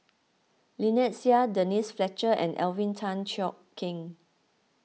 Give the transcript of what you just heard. Lynnette Seah Denise Fletcher and Alvin Tan Cheong Kheng